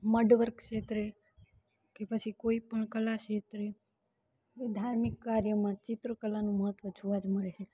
મડવર્ગ ક્ષેત્રે કે પછી કોઈપણ કલા ક્ષેત્રે ધાર્મિક કાર્યમાં ચિત્રકલાનું મહત્ત્વ જોવા જ મળે છે